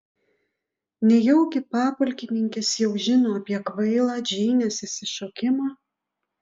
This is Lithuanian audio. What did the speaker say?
nejaugi papulkininkis jau žino apie kvailą džeinės išsišokimą